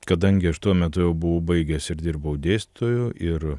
kadangi aš tuo metu jau buvau baigęs ir dirbau dėstytoju ir